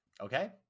Okay